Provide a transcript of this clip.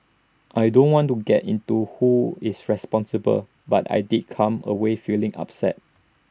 I don't want to get into who is responsible but I did come away feeling upset